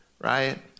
right